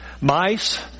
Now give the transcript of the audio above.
mice